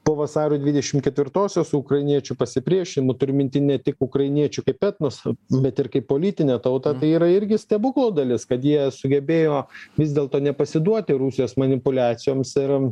po vasario dvidešim ketvirtosios su ukrainiečių pasipriešinimu turiu minty ne tik ukrainiečių kaip etnoso bet ir kaip politinę tautą tai yra irgi stebuklo dalis kad jie sugebėjo vis dėlto nepasiduoti rusijos manipuliacijoms ir